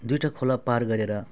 दुइवटा खोला पार गरेर